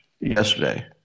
yesterday